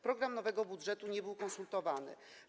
Program nowego budżetu nie był konsultowany.